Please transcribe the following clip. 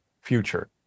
future